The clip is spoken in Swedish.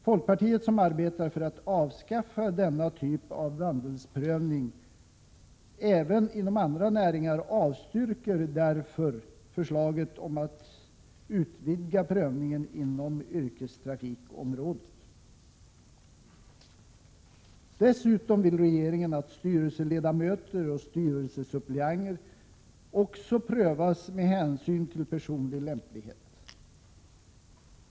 Folkpartiet, som arbetar för att avskaffa denna typ av vandelsprövning även inom andra näringar, avstyrker därför förslaget om att utvidga prövningen inom yrkestrafikområdet. Dessutom vill regeringen att styrelseledamöter och styrelsesuppleanter också prövas med hänsyn till personlig lämplighet.